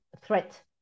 threat